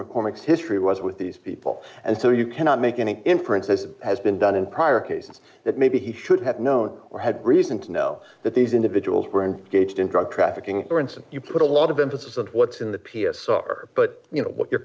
maccormack history was with these people and so you cannot make any inference as has been done in prior cases that maybe he should have known or had reason to know that these individuals were engaged in drug trafficking for instance you put a lot of emphasis on what's in the p s r but you know what your